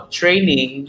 training